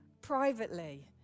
privately